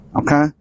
Okay